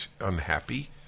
unhappy